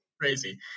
Crazy